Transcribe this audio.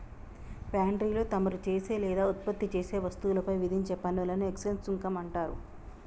పాన్ట్రీలో తమరు చేసే లేదా ఉత్పత్తి చేసే వస్తువులపై విధించే పనులను ఎక్స్చేంజ్ సుంకం అంటారు